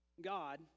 God